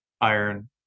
iron